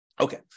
Okay